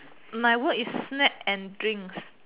my word is snack and drinks